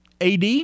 AD